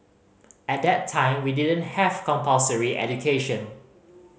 at that time we didn't have compulsory education